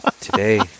Today